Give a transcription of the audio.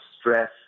stress